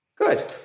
good